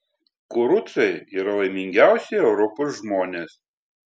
kurucai yra laimingiausi europos žmonės